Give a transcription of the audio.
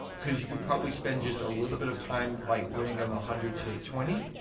cause you could probably spend just a little bit of time like winding down the hundred to twenty,